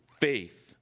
faith